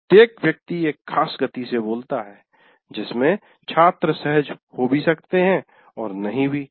प्रत्येक व्यक्ति एक खास गति से बोलता है जिसमे छात्र सहज हो भी सकते हैं और नहीं भी